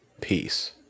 peace